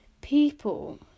people